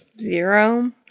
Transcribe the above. Zero